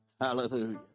Hallelujah